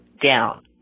down